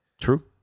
True